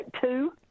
two